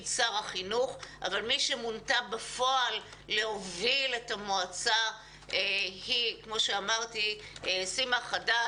שר החינוך אבל מי שמונתה בפועל להוביל את המועצה היא סימה חדד,